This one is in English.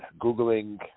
Googling